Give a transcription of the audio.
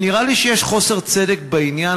נראה לי שיש חוסר צדק בעניין,